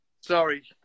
Sorry